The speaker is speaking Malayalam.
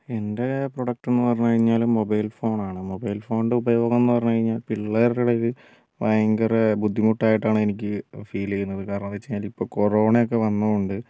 എൻ്റെ പ്രൊഡക്റ്റ് എന്ന് പറഞ്ഞു കഴിഞ്ഞാൽ മൊബൈൽ ഫോണാണ് മൊബൈൽ ഫോണിൻ്റെ ഉപയോഗം എന്നു പറഞ്ഞു കഴിഞ്ഞാൽ പിള്ളേരുടെ ഇടയിൽ ഭയങ്കര ബുദ്ധിമുട്ടായിട്ടാണ് എനിക്ക് ഫീല് ചെയ്യുന്നത് കാരണമെന്താന്നു വെച്ച് കഴിഞ്ഞാൽ ഇപ്പോൾ കൊറോണയൊക്കെ വന്നത് കൊണ്ട്